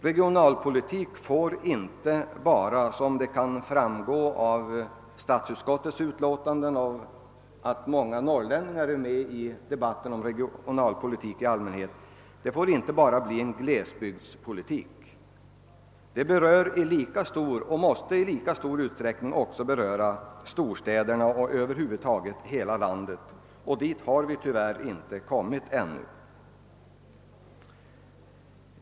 Regionalpolitiken får inte bara bli en glesbygdspolitik — som det ju kan verka av statsutskottets utlåtande nr 103 och av att så många norrlänningar deltagit i debatten om regionalpolitiken. Den berör och måste i lika stor utsträckning beröra storstäderna och över huvud taget hela landet. Dit har vi tyvärr inte kommit än.